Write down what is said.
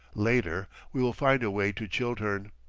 later, we will find a way to chiltern.